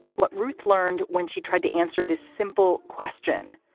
what ruth learned when she tried to answer this simple question,